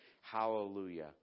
Hallelujah